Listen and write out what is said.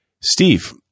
Steve